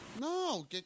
No